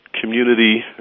Community